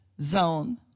zone